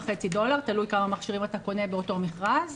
תלוי כמה מכשירים אתה קונה באותו מכרז,